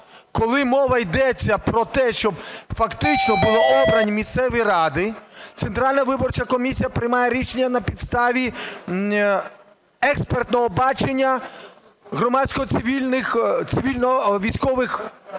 коли мова йдеться про те, щоб фактично були обрані місцеві ради, Центральна виборча комісія приймає рішення на підставі експертного бачення громадсько-цивільних… цивільно-військових